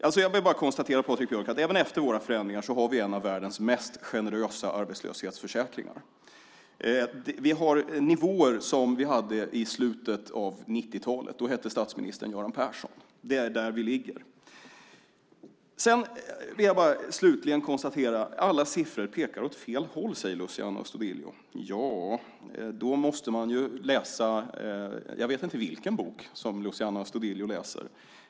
Jag behöver bara konstatera, Patrik Björck, att även efter våra förändringar har vi en av världens mest generösa arbetslöshetsförsäkringar. Vi har nivåer som vi hade i slutet av 90-talet. Då hette statsministern Göran Persson. Det är där vi ligger. Alla siffror pekar åt fel håll, säger Luciano Astudillo. Jag vet inte vilken bok Luciano Astudillo läser.